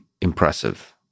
impressive